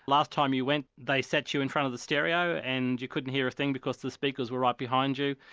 last time you went they sat you in front of the stereo and you couldn't hear a thing because the speakers were right behind you.